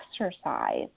exercise